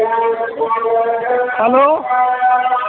hello